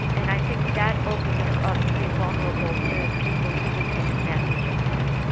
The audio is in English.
and i think that opened her up to be vulnerable to people who would take advantage of her.